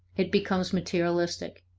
it becomes materialistic.